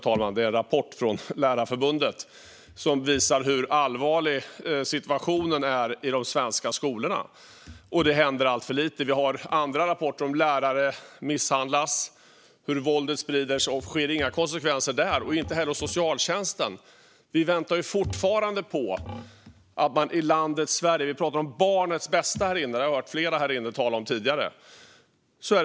En rapport från Lärarförbundet, Håll käften kärring , visar hur allvarlig situationen är i de svenska skolorna och att det händer alltför lite. Det finns andra rapporter om att lärare misshandlas, hur våldet sprider sig och att det inte blir några konsekvenser där och inte heller hos socialtjänsten. Vi väntar fortfarande på detta i landet Sverige, och flera har här tidigare talat om barnets bästa.